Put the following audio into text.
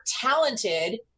talented